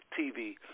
TV